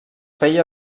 feia